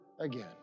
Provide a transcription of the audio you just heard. again